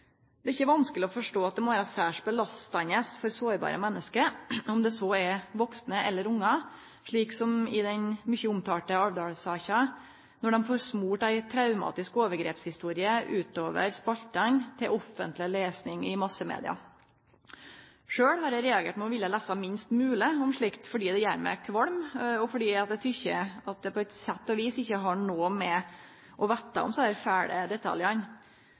Det er ikkje vanskeleg å forstå at det må vere særs belastande for sårbare menneske, om det er vaksne eller ungar, slik som i den mykje omtalte Alvdal-saka, når dei får smurt ei traumatisk overgrepshistorie utover spaltene til offentleg lesnad i massemedia. Sjølv har eg reagert med å lese minst mogleg om slikt, fordi det gjer meg kvalm, og fordi eg tykkjer at eg på sett og vis ikkje har noko med å vete om alle dei fæle detaljane.